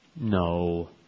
No